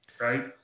Right